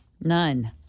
None